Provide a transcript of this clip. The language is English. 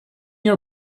your